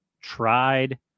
tried